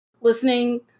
listening